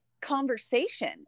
conversation